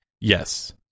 Yes